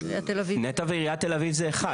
נת"ע ועיריית תל אביב זה אחד.